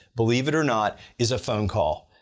believe it or not, is a phone call.